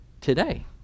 today